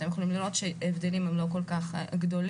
אתם יכולים לראות שההבדלים לא כל-כך גדולים.